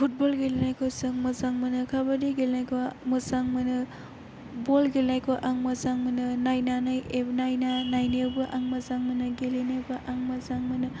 football गेलेनायखौ जों मोजां मोनो काबादि गेलेनायखौ मोजां मोनो बल गेलेनायखौ आं मोजां मोनो नायनानै ए नायना नायनायावबो आं मोजां मोननाय गेलेनोबो आं मोजां मोनो